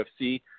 UFC